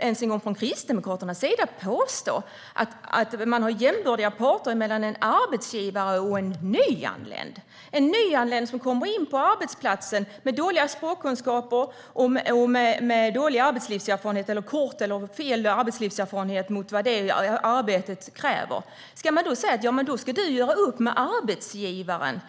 ens Kristdemokraterna kan väl påstå att en arbetsgivare och en nyanländ är jämbördiga parter - en nyanländ med dåliga språkkunskaper, dålig, kort eller fel arbetslivserfarenhet för det som arbetet kräver. Ska man då säga att den nyanlände får göra upp med arbetsgivaren?